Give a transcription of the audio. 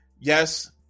yes